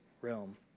realm